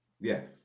yes